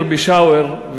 העיר פשאוור,